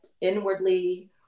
inwardly